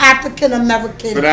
African-American